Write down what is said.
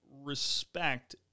respect